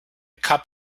cup